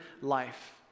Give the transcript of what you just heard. life